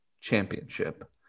Championship